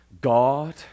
God